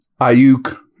Ayuk